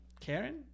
Karen